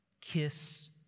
kiss